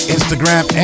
Instagram